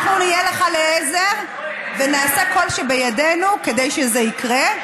אנחנו נהיה לך לעזר ונעשה כל שבידינו כדי שזה יקרה,